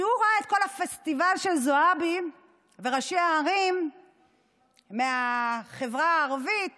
כשהוא ראה את כל הפסטיבל של זועבי וראשי הערים מהחברה הערבית